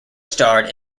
starred